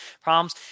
problems